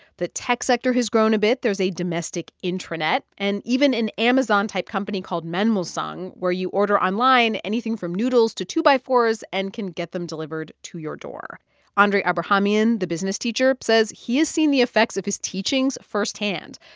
the tech sector has grown a bit. there's a domestic intranet and even an amazon-type company called manmulsung, where you order online anything from noodles to two-by-fours and can get them delivered to your door andray abrahamian, the business teacher, says he has seen the effects of his teachings firsthand,